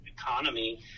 economy